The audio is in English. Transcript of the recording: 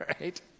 right